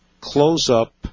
close-up